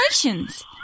Congratulations